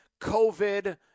COVID